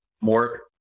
more